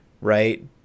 right